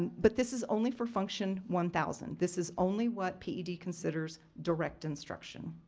and but this is only for function one thousand. this is only what ped considers direct instruction.